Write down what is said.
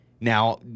Now